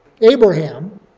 Abraham